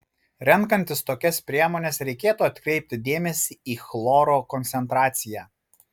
renkantis tokias priemones reikėtų atkreipti dėmesį į chloro koncentraciją